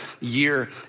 year